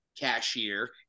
cashier